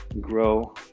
grow